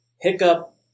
Hiccup